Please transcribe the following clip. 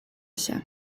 się